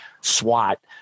swat